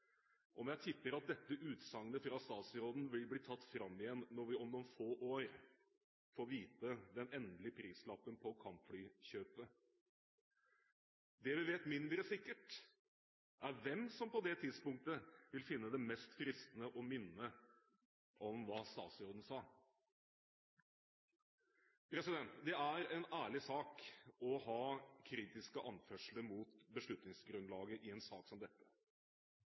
når jeg tipper at dette utsagnet fra statsråden vil bli tatt fram igjen når vi om noen få år får vite den endelige prislappen på kampflykjøpet. Det vi vet mindre sikkert, er hvem som på det tidspunktet vil finne det mest fristende å minne om hva statsråden sa. Det er en ærlig sak å ha kritiske anførsler mot beslutningsgrunnlaget i en sak som dette.